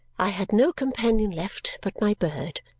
i had no companion left but my bird,